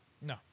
No